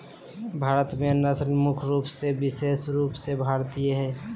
भारत में नस्ल मुख्य रूप से विशेष रूप से भारतीय हइ